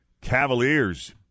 Cavaliers